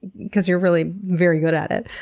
because you're really very good at it!